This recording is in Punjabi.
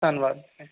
ਧੰਨਵਾਦ